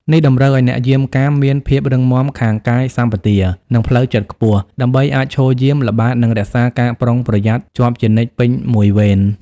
នេះតម្រូវឲ្យអ្នកយាមកាមមានភាពរឹងមាំខាងកាយសម្បទា និងផ្លូវចិត្តខ្ពស់ ដើម្បីអាចឈរយាម ល្បាត និងរក្សាការប្រុងប្រយ័ត្នជាប់ជានិច្ចពេញមួយវេន។